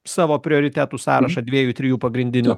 savo prioritetų sąrašą dviejų trijų pagrindinių